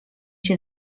się